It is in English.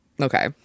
okay